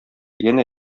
янә